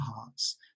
hearts